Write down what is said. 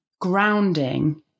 grounding